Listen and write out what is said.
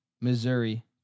missouri